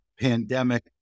pandemic